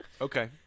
Okay